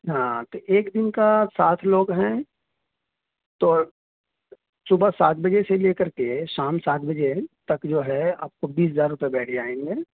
ہاں تو ایک دن کا سات لوگ ہیں تو صبح سات بجے سے لے کر کے شام سات بجے تک جو ہے آپ کو بیس ہزار روپئے بیٹھ جائیں گے